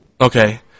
Okay